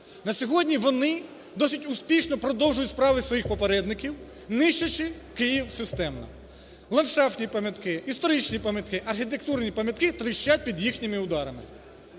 На сьогодні вони досить успішно продовжують справи своїх попередників, нищачи Київ системно. Ландшафтні пам'ятки, історичні пам'ятки, архітектурні пам'ятки тріщать під їхніми ударами.